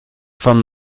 from